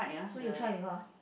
so you try before ah